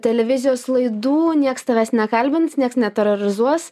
televizijos laidų nieks tavęs nekalbins nieks neterorizuos